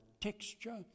texture